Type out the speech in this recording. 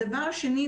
הדבר השני,